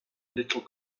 little